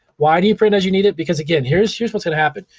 why do you print as you need it? because again, here's here's what's gonna happen.